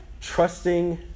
trusting